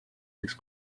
his